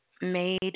made